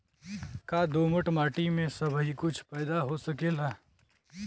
का दोमट माटी में सबही कुछ पैदा हो सकेला?